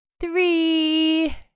Three